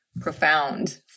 profound